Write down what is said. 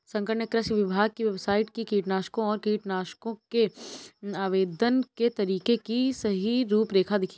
शंकर ने कृषि विभाग की वेबसाइट से कीटनाशकों और कीटनाशकों के आवेदन के तरीके की सही रूपरेखा देखी